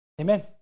Amen